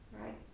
right